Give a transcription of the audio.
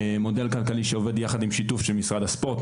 מודל כלכלי שעובד יחד עם שיתוף של משרד הספורט,